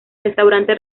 restaurante